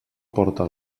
porta